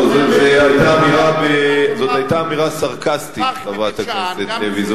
לא, זאת היתה אמירה סרקסטית, חברת הכנסת לוי.